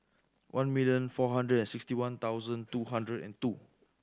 one million four hundred and sixty one thousand two hundred and two